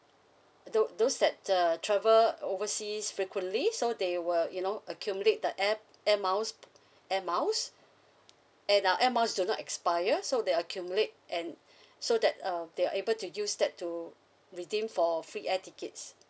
tho~ those that uh travel overseas frequently so they will you know accumulate the air air miles air miles and uh air miles do not expire so they accumulate and so that uh they are able to use that to redeem for free air tickets